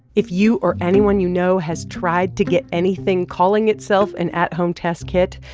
if you or anyone you know has tried to get anything calling itself an at-home test kit,